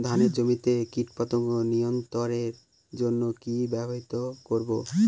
ধানের জমিতে কীটপতঙ্গ নিয়ন্ত্রণের জন্য কি ব্যবহৃত করব?